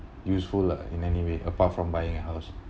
useful lah in any way apart from buying a house